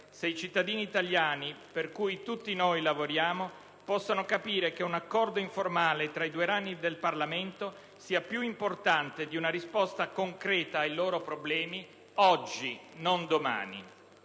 se i cittadini italiani, per cui tutti noi lavoriamo, possano capire che un accordo informale tra i due rami del Parlamento è più importante di una risposta concreta ai loro problemi oggi, non domani.